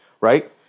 right